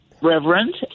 Reverend